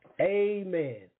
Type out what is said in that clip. Amen